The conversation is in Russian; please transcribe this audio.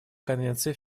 конвенции